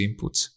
inputs